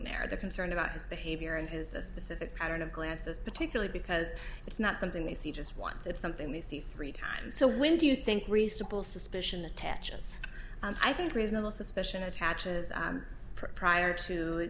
there they're concerned about his behavior and his a specific pattern of glances particularly because it's not something they see just want it's something they see three times so when do you think reasonable suspicion attaches i think reasonable suspicion attaches prior to